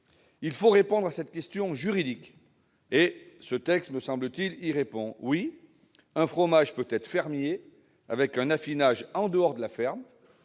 Il faut répondre à cette question juridique. Le texte, me semble-t-il, y répond. Oui, un fromage peut être fermier avec un affinage en dehors de la ferme,